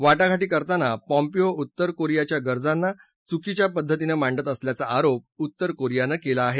वाटाघाटी करताना पाँपिओउत्तर कोरियाच्या गरजांना चुकीच्या पद्धतीनं मांडत असल्याचा आरोप उत्तर कोरियानं केला आहे